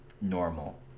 normal